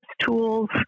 tools